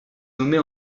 nommée